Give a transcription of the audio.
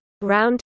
Round